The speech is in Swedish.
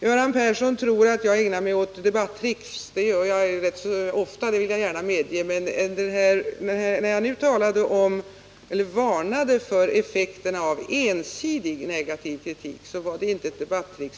Göran Persson tror att jag ägnar mig åt debattrick. Det gör jag rätt ofta, det vill jag gärna medge, men när jag varnade för effekterna av ensidig negativ kritik var det inte ett debattrick.